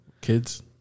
kids